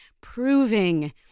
proving